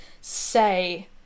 say